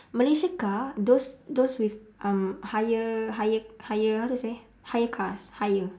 malaysia car those those with um higher higher higher how to say higher cars higher